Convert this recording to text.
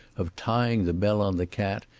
of tying the bell on the cat,